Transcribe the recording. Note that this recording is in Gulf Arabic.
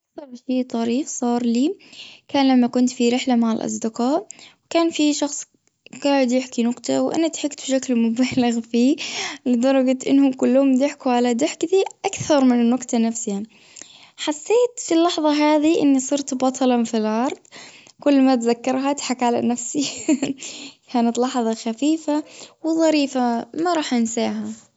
أكثر شيء طريف صار لي كان لما كنت في رحلة مع الأصدقاء كان في شخص قاعد يحكي نكتة وأنا ضحكت بشكل مبالغ فيه لدرجة أنهم كلهم ضحكوا على ضحكتي أكثر من النكتة نفسها. حسيت في اللحظة هذي أني صرت بطل في كل ما اتذكرها اضحك علي نفسي كانت لحظة خفيفة وظريفة ما راح انساها.